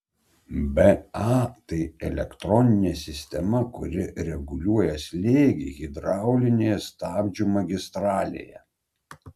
ba tai elektroninė sistema kuri reguliuoja slėgį hidraulinėje stabdžių magistralėje